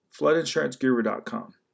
floodinsuranceguru.com